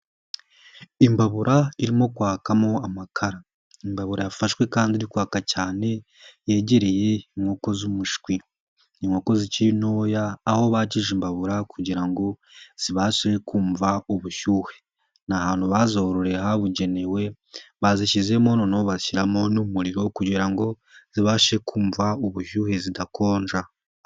Imbabura irimo kwakamo amakara. Imbabura yafashwe kandi iri kwaka cyane, yegereye inkoko z'umushwi. Inkoko zikiri ntoya aho bakije imbabura kugira ngo zibashe kumva ubushyuhe. Ni ahantu bazororeye habugenewe bazishyizemo, noneho bashyiramo n'umuriro kugira ngo zibashe kumva ubushyuhe zidakonja.